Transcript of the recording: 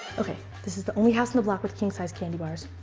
ok, this is the only house on the block with king-sized candy bars.